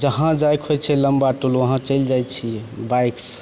जहाँ जाइके होइ छै लम्बा टूर वहाँ चलि जाइ छिए बाइकसे